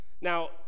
Now